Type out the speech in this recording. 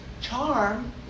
charm